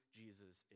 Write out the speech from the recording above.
jesus